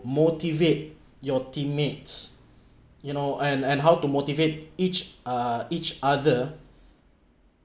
motivate your team mates you know and and how to motivate each uh each other